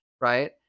Right